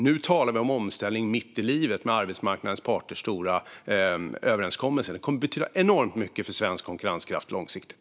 Nu talar vi om omställning mitt i livet med arbetsmarknadens parters stora överenskommelse, som kommer att betyda enormt mycket för svensk konkurrenskraft långsiktigt.